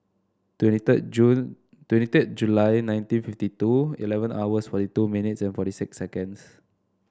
twenty third June twenty thrid July nineteen fifty two eleven hours forty two minutes forty six second